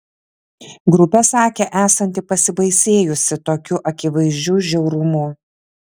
grupė sakė esanti pasibaisėjusi tokiu akivaizdžiu žiaurumu